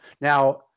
Now